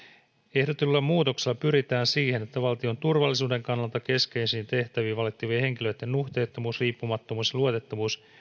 ehdotetulla muutoksella pyritään siihen että valtion turvallisuuden kannalta keskeisiin tehtäviin valittavien henkilöitten nuhteettomuus riippumattomuus ja luotettavuus